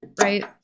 right